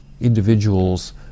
individuals